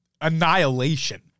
annihilation